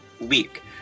week